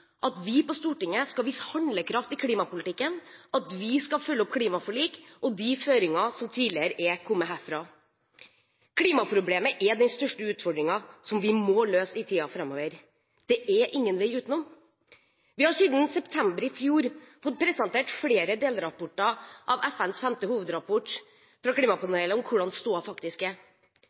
at vi på Stortinget skal vise handlekraft i klimapolitikken, at vi skal følge opp klimaforlik og de føringene som tidligere er kommet herfra. Klimaproblemet er den største utfordringen som vi må løse i tiden framover. Det er ingen vei utenom. Vi har siden september i fjor fått presentert flere delrapporter fra FNs klimapanels femte hovedrapport om hvordan stoda faktisk er.